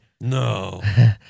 no